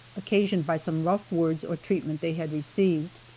occasioned by some rough words or treatment they had received.